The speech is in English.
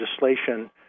legislation